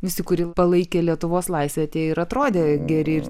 visi kurie palaikė lietuvos laisvę tie ir atrodė geri ir